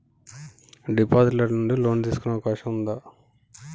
Deposit ల నుండి loan తీసుకునే అవకాశం ఉంటదా?